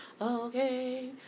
Okay